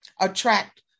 attract